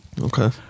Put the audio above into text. Okay